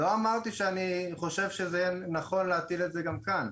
לא אמרתי שאני חושב שזה נכון להטיל את זה גם כאן,